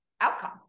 outcome